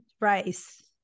rice